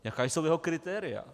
Jaká jsou jeho kritéria?